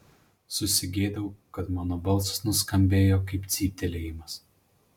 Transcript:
susigėdau kad mano balsas nuskambėjo kaip cyptelėjimas